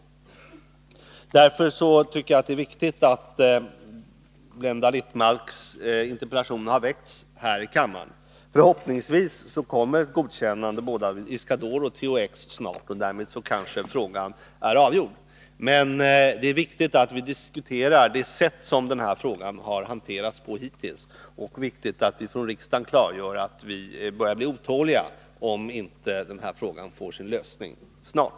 Därför är det bra att Blenda Littmarcks interpellation har väckts här i kammaren. Förhoppningsvis kommer snart ett godkännande av både THX och Iscador, och därmed är kanske frågan avgjord. Det är emellertid viktigt att vi diskuterar det sätt på vilket denna fråga har hanterats hittills. Det är viktigt att vi från riksdagen klargör att vi börjar bli otåliga, om den här frågan inte snart får sin lösning.